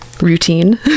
routine